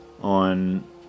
on